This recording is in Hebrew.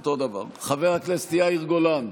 אותו דבר, חבר הכנסת יאיר גולן,